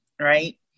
Right